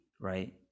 right